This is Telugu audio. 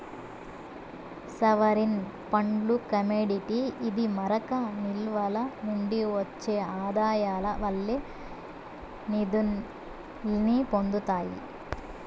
సావరీన్ ఫండ్లు కమోడిటీ ఇది మారక నిల్వల నుండి ఒచ్చే ఆదాయాల వల్లే నిదుల్ని పొందతాయి